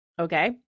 okay